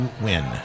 win